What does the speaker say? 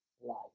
life